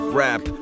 rap